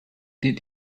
did